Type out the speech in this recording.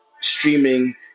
streaming